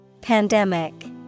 Pandemic